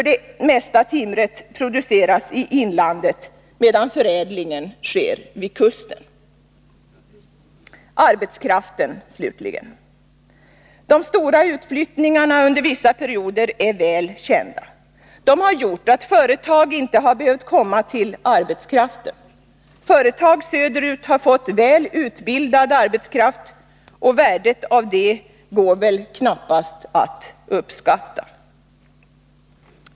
Det mesta timret produceras nämligen i inlandet, medan förädlingen sker vid kusten. Arbetskraften, slutligen: De stora utflyttningarna under vissa perioder är väl kända. De har gjort att företag inte har behövt komma till arbetskraften. Företag söderut har fått väl utbildad arbetskraft, och värdet av det kan väl knappast uppskattas nog.